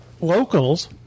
locals